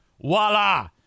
Voila